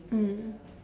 mm